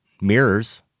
mirrors